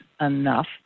enough